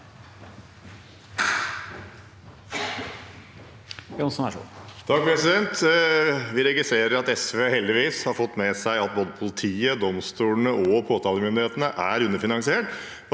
Vi registrerer at SV heldigvis har fått med seg at både politiet, domstolene og påtalemyndighetene er underfinansiert,